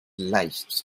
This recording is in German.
leicht